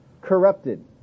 corrupted